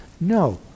No